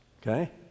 Okay